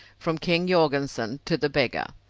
from king jorgensen to the beggar.